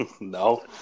No